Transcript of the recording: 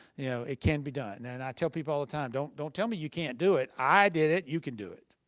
you know, it can be done. and i tell people all the time, don't don't tell me you can't do it. i did it, you can do it.